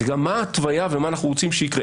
זה גם מה ההתוויה ומה אנחנו רוצים שיקרה,